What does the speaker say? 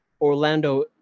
Orlando